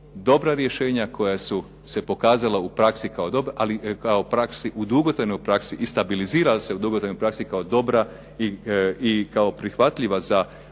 dobra rješenja koja su se pokazala u praksi kao dobra, u dugotrajnoj praksi i stabilizirala se u dugotrajnoj praksi kao dobra i kao prihvatljiva za